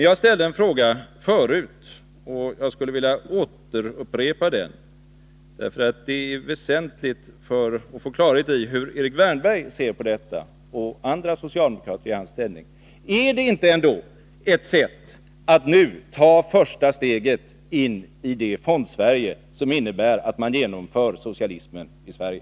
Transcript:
Jag ställde förut en fråga, och jag skulle vilja upprepa den, eftersom den är väsentlig för att få klarhet i hur Erik Wärnberg och andra socialdemokrater i hans ställning ser på detta: Är det ändå inte fråga om ett sätt att nu ta ett första steg in i det Fondsverige som innebär att man genomför socialismen i Sverige?